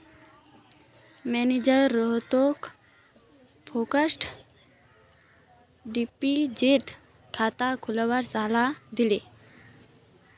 manager रोहितक fixed deposit खाता खोलवार सलाह दिले